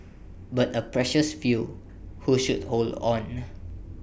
but A precious few who should hold on